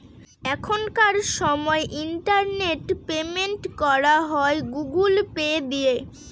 এখনকার সময় internet payment করা হয় গুগুল পে দিয়ে